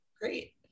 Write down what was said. Great